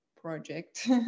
project